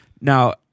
Now